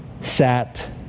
sat